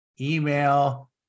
email